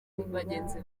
bagenzi